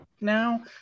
now